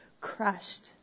crushed